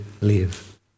live